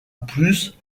plus